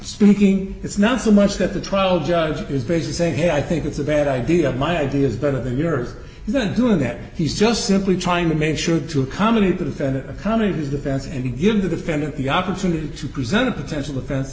speaking it's not so much that the trial judge is basically saying hey i think it's a bad idea my idea is better than yours isn't doing that he's just simply trying to make sure to accommodate the defendant come to his defense and give the defendant the opportunity to present a potential defense